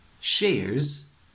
shares